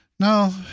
No